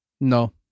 No